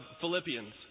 Philippians